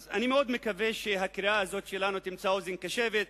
אני מאוד מקווה שהקריאה הזאת שלנו תמצא אוזן קשבת,